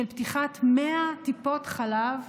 של פתיחת 100 טיפות חלב,